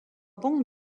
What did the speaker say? bon